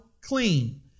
clean